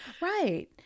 Right